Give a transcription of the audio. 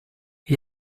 gli